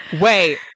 Wait